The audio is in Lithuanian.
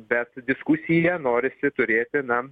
bet diskusiją norisi turėti na